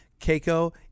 Keiko